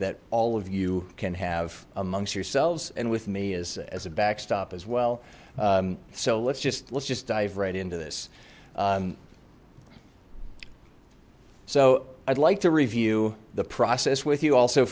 that all of you can have amongst yourselves and with me as a backstop as well so let's just let's just dive right into this so i'd like to review the process with you al